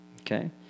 Okay